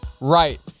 right